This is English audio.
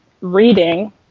reading